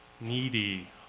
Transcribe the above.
Needy